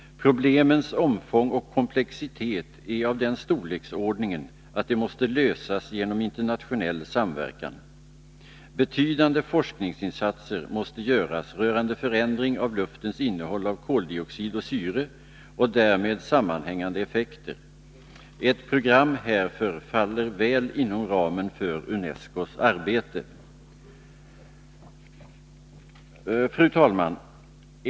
Problemens omfång och komplexitet är av den storleksordningen att de måste lösas genom internationell samverkan. Betydande forskningsinsatser måste göras rörande förändring av luftens innehåll av koldioxid och syre och därmed sammanhängande effekter. Ett program härför faller väl inom ramen för UNESCO:s arbete. Fru talman!